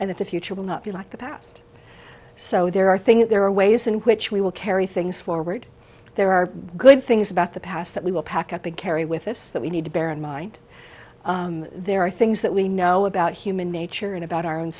and that the future will not be like the past so there are things that there are ways in which we will carry things forward there are good things about the past that we will pack up and carry with us that we need to bear in mind there are things that we know about human nature and about our